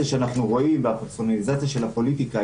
שאנחנו רואים והפרסונליזציה של הפוליטיקה,